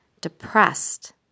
depressed